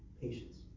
Patience